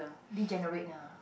degenerate ah